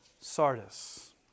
Sardis